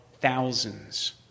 thousands